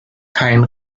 kein